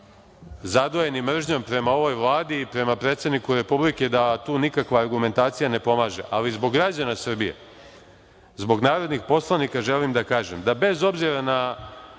zadojeni mržnjom prema ovoj Vladi, prema predsedniku Republike da tu nikakva argumentacija ne pomaže, ali zbog građana Srbije, zbog narodnih poslanika želim da kažem da bez obzira tešku